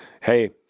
Hey